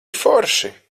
forši